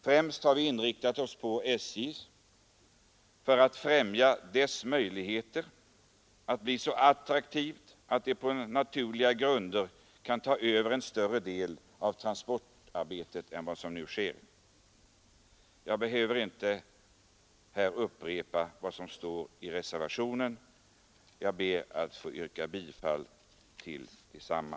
Främst har vi inriktat oss på SJ för att främja dess möjligheter att bli så attraktivt att man på naturliga grunder kan ta över en större del av transportarbetet. Jag behöver här inte upprepa vad som står i reservationerna. Jag ber att få yrka bifall till desamma.